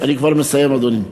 אני כבר מסיים, אדוני.